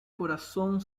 corazón